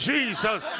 Jesus